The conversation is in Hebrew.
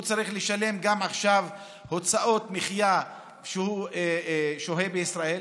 והוא צריך לשלם עכשיו גם הוצאות מחיה כשהוא שוהה בישראל.